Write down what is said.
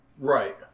right